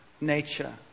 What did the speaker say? nature